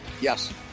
Yes